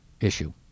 issue